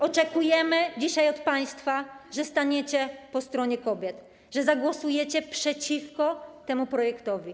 Oczekujemy dzisiaj od państwa, że staniecie po stronie kobiet, że zagłosujecie przeciwko temu projektowi.